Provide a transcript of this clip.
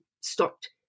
stopped